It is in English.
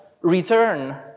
return